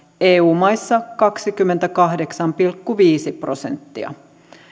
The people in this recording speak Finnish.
eu maissa kaksikymmentäkahdeksan pilkku viisi prosenttia